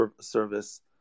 service